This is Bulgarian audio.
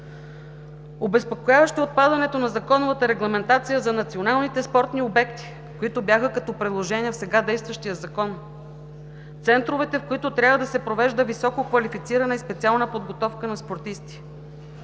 Обезпокояващо е отпадането на законовата регламентация за националните спортни обекти, които бяха като приложения в сега действащия Закон, центровете, в които трябва да се провежда висококвалифицирана и специална подготовка на спортисти.